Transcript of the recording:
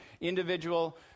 individual